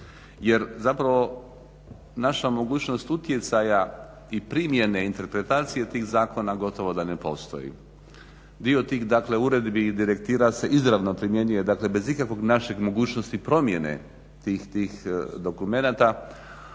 Jer zapravo naša mogućnost utjecaja i primjene interpretacije tih zakona gotovo da ne postoji. Dio tih dakle uredbi i direktiva se izravno primjenjuje, dakle bez ikakve naše mogućnosti promjene tih dokumenata.